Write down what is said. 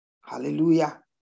hallelujah